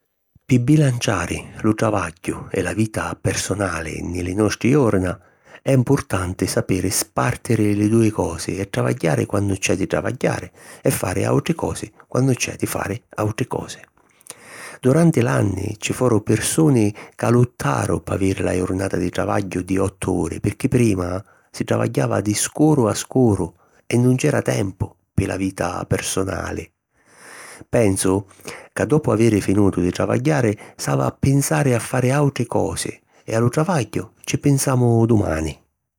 Pi bilanciari lu travagghiu e la vita personali nni li nostri jorna, è mpurtanti sapiri spàrtiri li dui cosi e travagghiari quannu c’è di travagghiari e fari àutri cosi quannu c’è di fari àutri cosi. Duranti l'anni ci foru pirsuni ca luttaru p'aviri la jurnata di travagghiu di ottu uri pirchì prima si travagghiava di scuru a scuru e nun c’èra tempu pi la vita personali. Pensu ca dopu aviri finutu di travagghiari s'havi a pinsari a fari àutri cosi e a lu travagghiu ci pinsamu dumani.